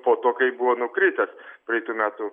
po to kai buvo nukritęs praeitų metų